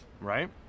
right